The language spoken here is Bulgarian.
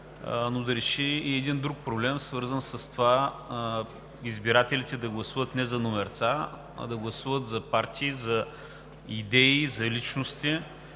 но да реши и един друг проблем, свързан с това избирателите да гласуват не за номерца, а да гласуват за партии, за идеи, за личности